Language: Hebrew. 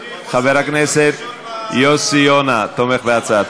חבר הכנסת יוסי יונה תומך בהצעה.